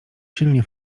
silnie